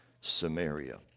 Samaria